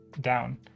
down